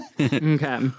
Okay